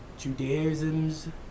Judaisms